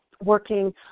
working